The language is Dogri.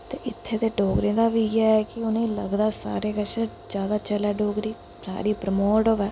ते इत्थे दे डोगरें दा बी इ'यै कि उनें ई लगदा कि सारें कशा ज्यादा चलै डोगरी साढ़ी प्रमोट होऐ